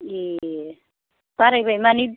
ए बारायबाय मानि